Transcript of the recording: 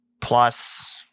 plus